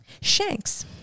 Shanks